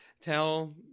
tell